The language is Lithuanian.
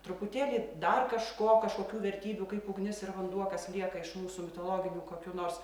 truputėlį dar kažko kažkokių vertybių kaip ugnis ir vanduo kas lieka iš mūsų mitologinių kokių nors